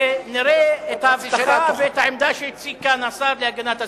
ונראה את ההצלחה ואת העמדה שהציג כאן השר להגנת הסביבה,